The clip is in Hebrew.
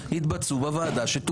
מגבלה של חברים בוועדה.